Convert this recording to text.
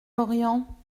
lorient